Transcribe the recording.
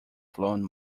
flown